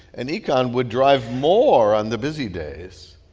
an econ would drive more on the busy days.